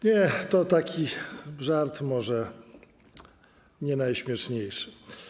Nie, to taki żart, może nie najśmieszniejszy.